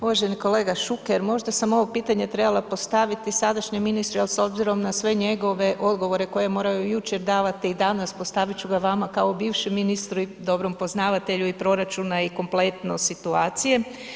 Uvaženi kolega Šuker, možda sam ovo pitanje trebala postaviti sadašnjem ministru jer s obzirom na sve njegove odgovore koje je morao jučer davat i danas, postavit ću ga vama kao bivšem ministru i dobrom poznavatelju i proračuna i kompletno situacije.